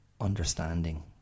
understanding